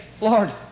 Lord